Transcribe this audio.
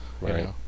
Right